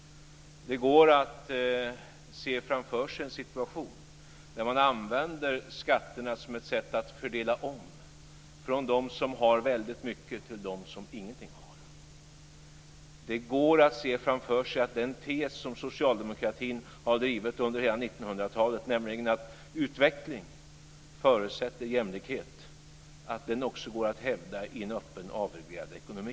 Det går att se framför sig en situation där skatterna används som ett sätt att fördela om från dem som har mycket till dem som ingenting har. Det går att se framför sig att den tes som socialdemokratin har drivit under hela 1900-talet, nämligen att utveckling förutsätter jämlikhet, kan hävdas också i en öppen, avreglerad ekonomi.